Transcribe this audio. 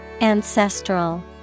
Ancestral